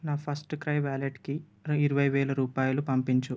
నా FirstCry వ్యాలెట్కి ఇరవైవేల రూపాయలు పంపించు